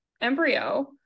embryo